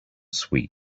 sweet